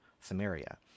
Samaria